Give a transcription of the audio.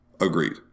Agreed